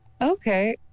Okay